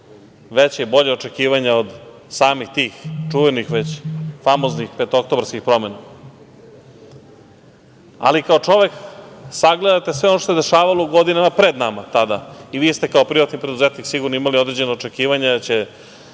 veća i bolja očekivanja od samih tih čuvenih već, famoznih petooktobarskih promena. Kao čovek sagledate sve ono što se dešavala u godinama pred nama tada i vi ste kao privatni preduzetnik sigurno imali određena očekivanja da će